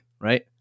right